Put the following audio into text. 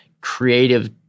creative